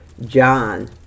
John